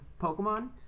Pokemon